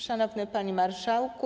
Szanowny Panie Marszałku!